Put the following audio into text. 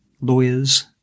lawyers